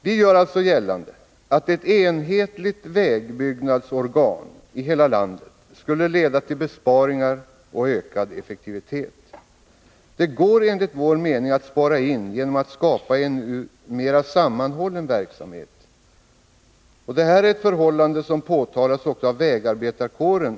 Vi gör alltså gällande att ett enhetligt vägbyggnadsorgan för hela landet skulle leda till besparingar och ökad effektivitet. Det går enligt vår mening att spara in genom att skapa en mera sammanhållen verksamhet. Detta är ett förhållande som under många år har påpekats av vägarbetarkåren.